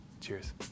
Cheers